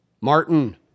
Martin